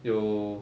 有